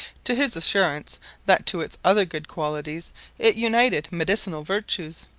to his assurance that to its other good qualities it united medicinal virtues,